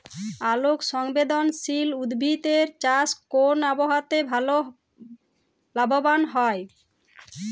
আলোক সংবেদশীল উদ্ভিদ এর চাষ কোন আবহাওয়াতে ভাল লাভবান হয়?